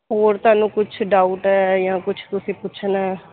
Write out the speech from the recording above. ਹੋਰ ਤੁਹਾਨੂੰ ਕੁਝ ਡਾਊਟ ਹੈ ਜਾਂ ਕੁਝ ਤੁਸੀਂ ਪੁੱਛਣਾ